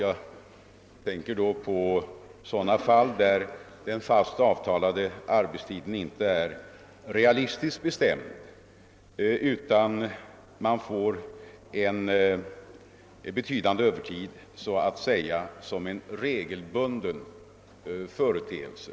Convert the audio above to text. Jag tänker då på sådana fall där den fast avtalade arbetstiden inte är realistiskt bestämd utan man får en betydande övertid så att säga som en regelbunden företeelse.